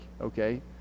okay